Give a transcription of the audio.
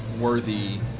worthy